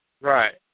Right